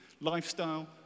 lifestyle